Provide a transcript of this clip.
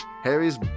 Harry's